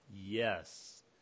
Yes